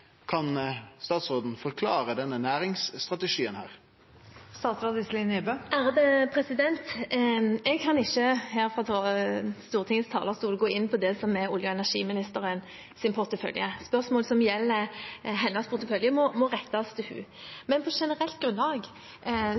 Kan statsråden forklare denne næringsstrategien? Jeg kan ikke her fra Stortingets talerstol gå inn på det som er olje- og energiministerens portefølje. Spørsmål som gjelder hennes portefølje, må rettes til henne. Men på generelt grunnlag